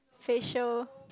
facial